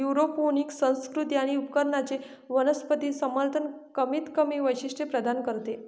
aeroponic संस्कृती आणि उपकरणांचे वनस्पती समर्थन कमीतकमी वैशिष्ट्ये प्रदान करते